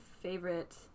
favorite